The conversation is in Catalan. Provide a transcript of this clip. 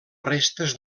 restes